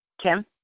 Kim